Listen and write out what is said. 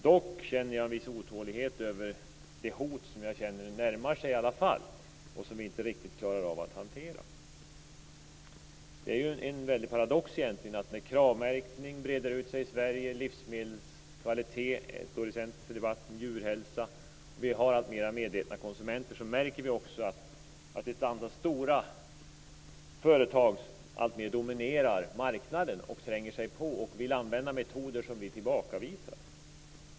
Dock känner jag en viss otålighet över det hot som jag ändå känner närmar sig och som vi inte riktigt klarar av att hantera. När Kravmärkning breder ut sig i Sverige, livsmedelskvalitet och djurhälsa står i centrum för debatten och konsumenterna är alltmer medvetna är det en väldig paradox att ett antal stora företag dominerar marknaden alltmer, tränger sig på och vill använda metoder som vi tillbakavisar.